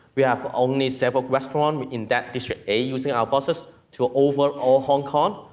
we have only several restaurants in that district a, using our boxes to over all hong kong,